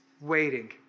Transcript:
waiting